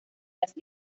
las